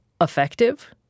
effective